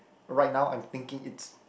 right now I'm thinking it's